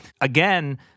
again